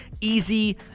easy